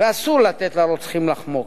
ואסור לתת לרוצחים לחמוק.